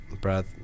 breath